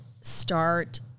start